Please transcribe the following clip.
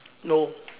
no